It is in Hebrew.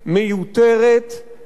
מיותרת,